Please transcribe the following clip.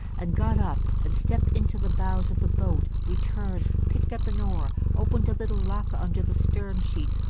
and got up and stepped into the bows of the boat, returned, picked up an oar, opened a little locker under the stem sheets,